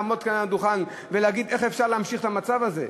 לעמוד כאן על הדוכן ולהגיד: איך אפשר להמשיך את המצב הזה?